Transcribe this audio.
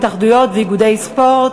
התאחדויות ואיגודי ספורט),